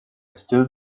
still